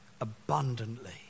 abundantly